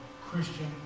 Christian